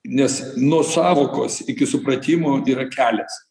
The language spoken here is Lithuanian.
nes nuo sąvokos iki supratimo yra kelias